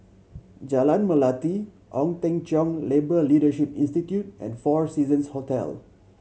Jalan Melati Ong Teng Cheong Labour Leadership Institute and Four Seasons Hotel